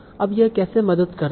अब यह कैसे मदद करता है